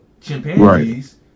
chimpanzees